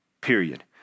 period